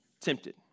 tempted